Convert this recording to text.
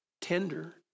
tender